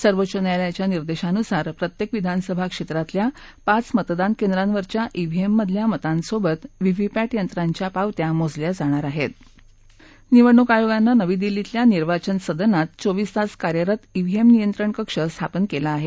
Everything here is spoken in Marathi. सर्वोच्च न्यायालयाच्या निर्देशानुसार प्रत्यक्तिविधानसभा क्षम्रातल्या पाच मतदान केंद्रांवरच्या ईव्हीएममधल्या मतांसोबतच व्हीव्हीपॅट यंत्रांच्या पावत्या मोजल्या जाणार आहर्त निवडणूक आयोगानं नवी दिल्लीतल्या निर्वाचन सदनात चोवीस तास कार्यरत ईव्हीएम नियंत्रण कक्ष स्थापन केला आहे